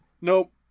Nope